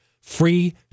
free